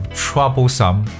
troublesome